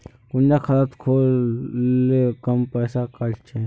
कुंडा खाता खोल ले कम पैसा काट छे?